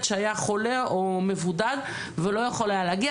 שהיה חולה או מבודד ולא יכול היה להגיע,